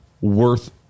worth